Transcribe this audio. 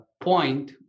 point